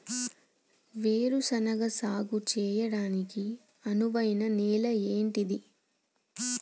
వేరు శనగ సాగు చేయడానికి అనువైన నేల ఏంటిది?